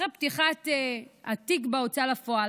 אחרי פתיחת התיק בהוצאה לפועל,